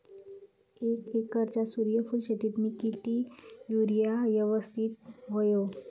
एक एकरच्या सूर्यफुल शेतीत मी किती युरिया यवस्तित व्हयो?